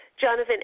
Jonathan